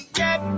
get